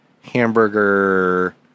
hamburger